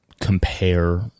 compare